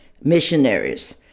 missionaries